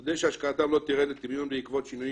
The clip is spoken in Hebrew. כדי שהשקעתם לא תרד לטמיון בעקבות שינויים